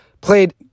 played